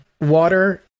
water